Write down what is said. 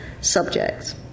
subjects